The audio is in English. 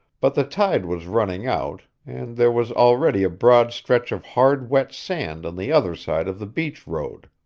but the tide was running out, and there was already a broad stretch of hard wet sand on the other side of the beach road.